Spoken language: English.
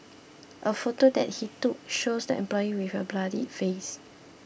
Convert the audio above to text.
a photo that he took shows the employee with a bloodied face